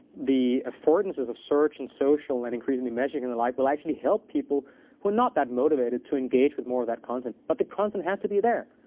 the affordances of search and social and increasingly, messaging and the like will actually help people who are not that motivated to engage with more of that content. but the content has to be there.